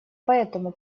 поэтому